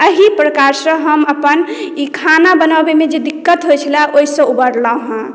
अहि प्रकारसँ हम अपन ई खाना बनबैमे जे दिक्कत होइ छलए हॅं ओहि सँ उबरलहुँ हॅं